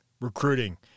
Recruiting